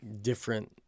different